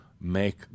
make